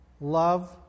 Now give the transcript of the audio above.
Love